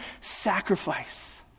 sacrifice